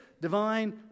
divine